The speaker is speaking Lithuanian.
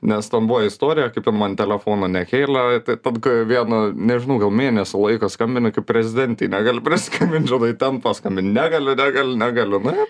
nes ten buvo istorija kaip ten man telefono nekėla taip kad g vieną nežinau gal mėnesio laiko skambini kaip prezidentei negali prisiskambint žinai ten paskambini negaliu negaliu negaliu na